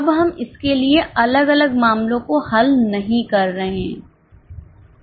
अब हम इसके लिए अलग अलग मामलों को हल नहीं कर रहे हैं